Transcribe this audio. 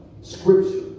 scripture